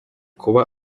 kuba